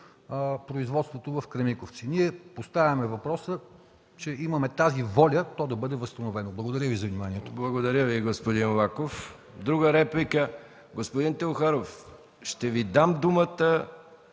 производството в „Кремиковци”. Ние поставяме въпроса, че имаме тази воля то да бъде възстановено. Благодаря Ви за вниманието. ПРЕДСЕДАТЕЛ МИХАИЛ МИКОВ: Благодаря Ви, господин Лаков. Друга реплика? Господин Теохаров, ще Ви дам думата